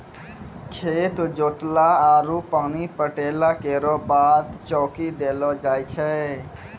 खेत जोतला आरु पानी पटैला केरो बाद चौकी देलो जाय छै?